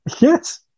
Yes